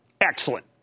Excellent